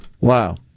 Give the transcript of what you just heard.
Wow